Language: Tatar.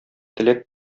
теләк